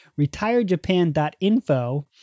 retiredjapan.info